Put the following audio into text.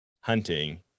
hunting